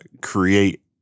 create